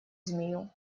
змею